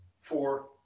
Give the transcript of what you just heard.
four